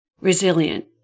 resilient